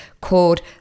called